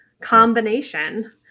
combination